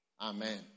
Amen